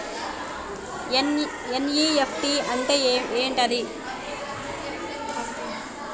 NEFT అంటే ఏంటిది?